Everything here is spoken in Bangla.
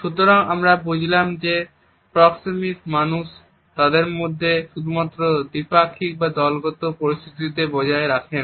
সুতরাং আমরা বুঝলাম যে প্রক্সেমিকসকে মানুষ তাদের মধ্যে শুধুমাত্র দ্বিপাক্ষিক বা দলগত পরিস্থিতিতে বজায় রাখে না